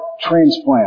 transplant